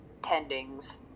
tendings